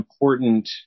important